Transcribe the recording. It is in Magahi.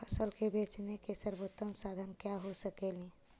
फसल के बेचने के सरबोतम साधन क्या हो सकेली?